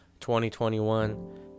2021